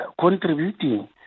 contributing